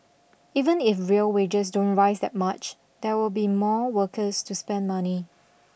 even if real wages don't rise that much there will be more workers to spend money